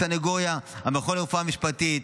הסנגוריה והמכון לרפואה משפטית,